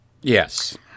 Yes